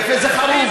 יפה, זה חרוז.